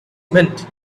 meant